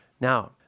Now